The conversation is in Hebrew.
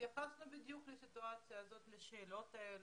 התייחסנו בדיוק לסיטואציה הזאת, לשאלות האלה.